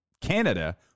Canada